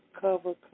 Cover